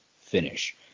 finish